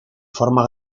forma